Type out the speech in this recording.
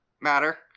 matter